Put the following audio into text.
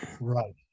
Right